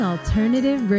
Alternative